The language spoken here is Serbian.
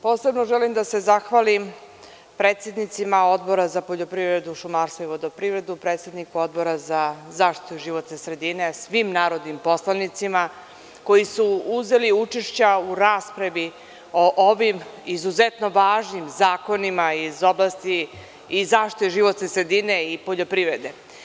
Posebno želim da se zahvalim predsedniku Odbora za poljoprivredu, šumarstvo i vodoprivredu i predsedniku Odbora za zaštitu životne sredine, kao i svim narodnim poslanicima koji su uzeli učešća u raspravi o ovim izuzetno važnim zakonima iz oblasti i zaštite životne sredine i poljoprivrede.